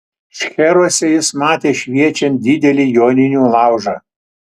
šcheruose jie matė šviečiant didelį joninių laužą